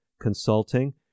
Consulting